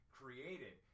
created